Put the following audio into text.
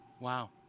Wow